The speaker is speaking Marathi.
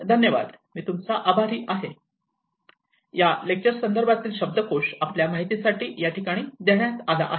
धन्यवाद मी तूमचा आभारी आहे